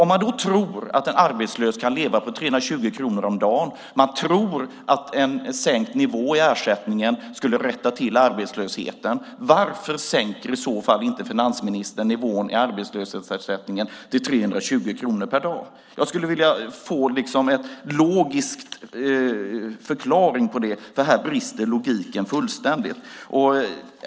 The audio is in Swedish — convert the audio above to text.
Om man tror att en arbetslös kan leva på 320 kronor om dagen och att en sänkt nivå på ersättningen skulle rätta till arbetslösheten, varför sänker i så fall inte finansministern nivån på arbetslöshetsersättningen till 320 kronor om dagen? Jag skulle vilja få en logisk förklaring till det. Här brister logiken fullständigt.